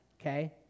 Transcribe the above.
okay